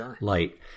light